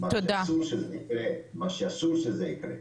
מה שאסור שיקרה,